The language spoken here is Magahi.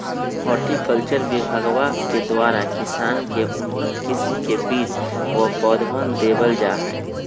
हॉर्टिकल्चर विभगवा के द्वारा किसान के उन्नत किस्म के बीज व पौधवन देवल जाहई